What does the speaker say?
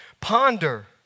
Ponder